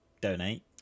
donate